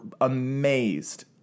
amazed